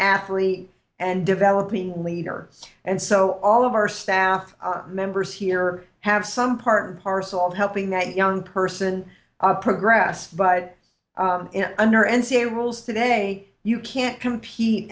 athlete and developing leaders and so all of our staff members here have some part and parcel of helping that young person progress but under n c a a rules today you can't compete